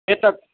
एतत्